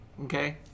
okay